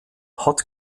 hot